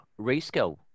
reskill